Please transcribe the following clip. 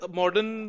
modern